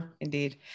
Indeed